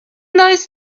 those